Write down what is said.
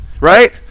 right